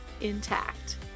intact